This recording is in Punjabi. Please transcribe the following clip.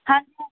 ਹਾਂ ਹਾਂ